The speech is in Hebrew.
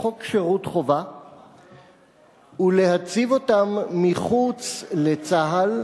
חוק שירות חובה ולהציב אותם מחוץ לצה"ל,